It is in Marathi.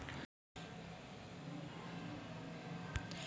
मायावर कितीक कर्ज बाकी हाय, हे मले सांगान का?